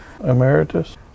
emeritus